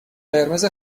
قرمز